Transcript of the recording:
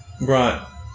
Right